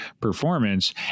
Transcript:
performance